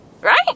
Right